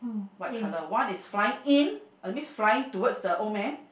white colour one is flying in a miss flying towards the old man